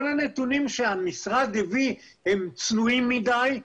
כל הנתונים שהמשרד הביא הם צנועים מדי,